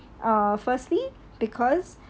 uh firstly because